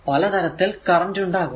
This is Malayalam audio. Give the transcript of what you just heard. പലതരത്തിൽ കറന്റ് ഉണ്ടാകാം